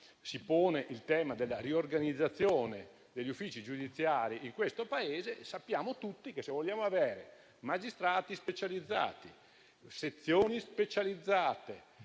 si pone il tema della riorganizzazione degli uffici giudiziari di questo Paese, sappiamo tutti che, se vogliamo avere magistrati e sezioni specializzati,